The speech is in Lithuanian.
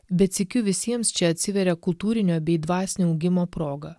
bet sykiu visiems čia atsiveria kultūrinio bei dvasinio augimo proga